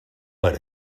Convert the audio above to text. per